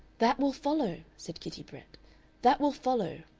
that will follow, said kitty brett that will follow.